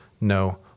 no